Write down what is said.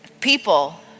People